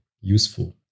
useful